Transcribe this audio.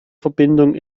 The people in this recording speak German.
verbindung